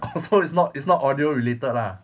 oh so it's not it's not audio related lah